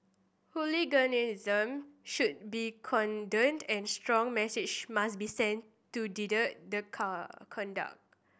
hooliganism should be condoned and a strong message must be sent to deter the car conduct